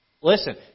Listen